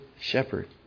shepherd